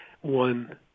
one